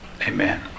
Amen